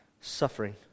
Suffering